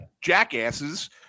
jackasses